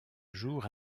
jour